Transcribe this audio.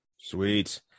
Sweet